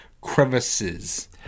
crevices